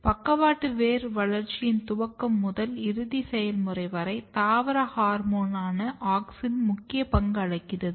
பக்கவாட்டு வேர் வளர்ச்சியின் துவக்கம் முதல் இறுதி செயல்முறை வரை தாவர ஹோர்மோனான ஆக்ஸின் முக்கிய பங்களிக்கிறது